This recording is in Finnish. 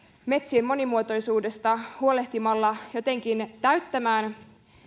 metsien monimuotoisuudesta huolehtimalla jotenkin täyttämään